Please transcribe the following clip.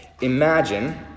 Imagine